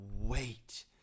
wait